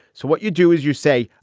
so what you do is you say,